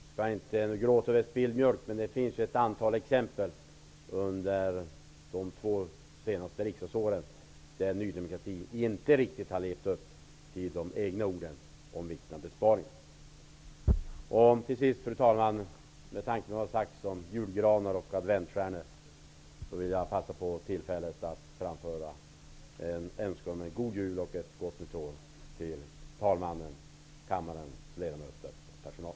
Man skall i och för sig inte gråta över spilld mjölk, men under de två senaste riksdagsåren finns det ett antal exempel på att Ny demokrati inte riktigt levt upp till dess egna ord om vikten av besparingar. Fru talman! Med tanke på vad som sagts om julgranar och adventsstjärnor vill jag passa på tillfället att framföra en önskan om en god jul och ett gott nytt år till talmannen, kammarens ledamöter och personal.